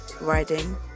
riding